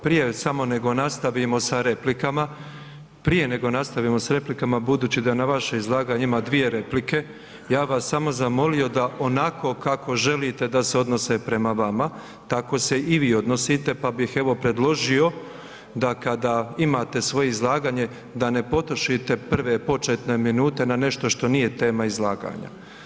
Prije samo nego nastavimo sa replikama, prije nego nastavimo s replikama, budući da na vaše izlaganje ima dvije replike, ja vas samo zamolio da onako kako želite da se odnose prema vama, tako se i vi odnosite pa bih evo, predložio da kada imate svoje izlaganje da ne potrošite prve početne minute na nešto što nije tema izlaganja.